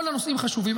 כל הנושאים חשובים,